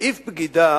סעיף בגידה